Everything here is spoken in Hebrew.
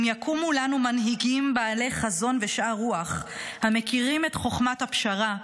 אם יקומו לנו מנהיגים בעלי חזון ושאר רוח המכירים את חוכמת הפשרה,